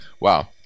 wow